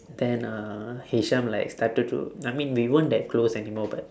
then uh hisham like started to I mean we weren't that close anymore but